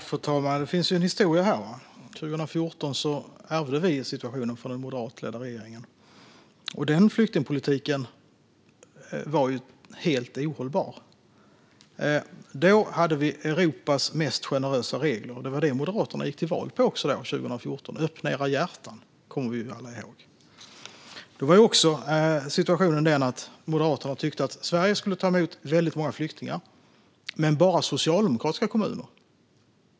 Fru talman! Det finns en historia. År 2014 ärvde vi en situation från den moderatledda regeringen. Den flyktingpolitiken var helt ohållbar. Då hade Sverige Europas mest generösa regler. Det var det Moderaterna gick till val på 2014 - öppna era hjärtan, kommer vi väl alla ihåg. Då var också situationen den att Moderaterna tyckte att Sverige skulle ta emot många flyktingar, men det skulle bara vara socialdemokratiska kommuner.